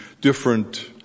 different